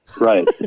Right